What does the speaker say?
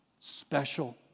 special